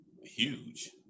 huge